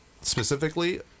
Specifically